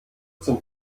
zum